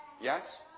Yes